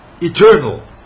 eternal